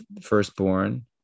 firstborn